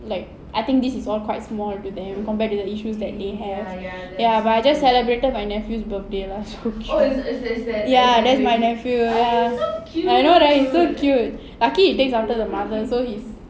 like I think this is all quite small to them compared to the issues that they have ya but I just celebrated my nephew's birthday lah so ya that's my nephew ya I know right he's so cute lucky he takes after the mother so he's